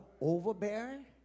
Overbearing